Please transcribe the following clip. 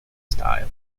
style